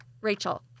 Rachel